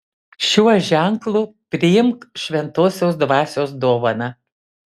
šiuo ženklu priimk šventosios dvasios dovaną